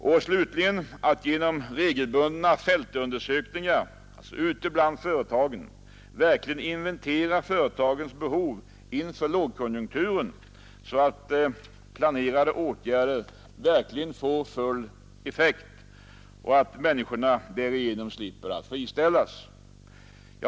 Och slutligen att genom regelbundna fältundersökningar ute bland företagen inventera deras behov inför lågkonjunkturen så att planerade åtgärder verkligen får full effekt och människorna därigenom slipper friställas.